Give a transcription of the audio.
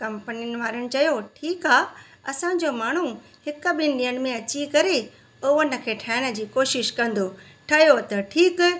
कंपनीनि वारनि चयो ठीकु आहे असांजो माण्हू हिकु ॿिनि ॾींहंनि में अची करे ओवन खे ठाइण जी कोशिशि कंदो ठयो त ठीकु